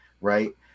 right